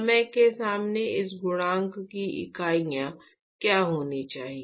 समय के सामने इस गुणांक की इकाइयाँ क्या होनी चाहिए